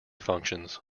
functions